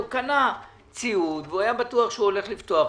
הוא קנה ציוד והיה פתוח שהוא יפתח.